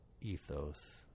ethos